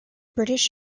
british